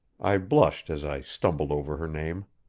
i blushed as i stumbled over her name.